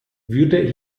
würde